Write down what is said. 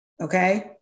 okay